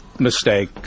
Mistake